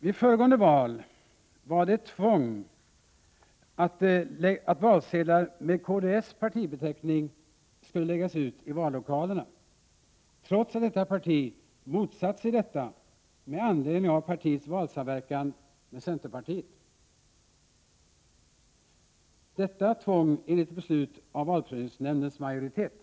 Vid föregående val var det av tvång som valsedlar med kds partibeteckning lades ut i vallokalerna, trots att partiet hade motsatt sig detta med anledning av dess valsamverkan med centerpartiet. Detta tvång hade beslutats av valprövningsnämndens majoritet.